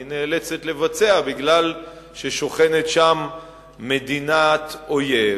היא נאלצת לבצע מפני ששוכנת שם מדינת אויב,